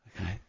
Okay